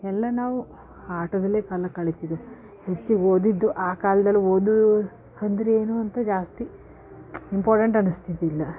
ಎಲ್ಲ ನಾವು ಆಟದಲ್ಲೆ ಕಾಲ ಕಳಿತಿದ್ದೇವೆ ಹೆಚ್ಚು ಓದಿದ್ದು ಆ ಕಾಲ್ದಲ್ಲಿ ಓದು ಅಂದರೇನು ಅಂತ ಜಾಸ್ತಿ ಇಂಪಾರ್ಟೆಂಟ್ ಅನ್ನಿಸ್ತಿದ್ದಿಲ್ಲ